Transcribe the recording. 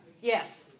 Yes